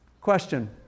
Question